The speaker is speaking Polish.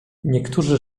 niektórzy